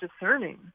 discerning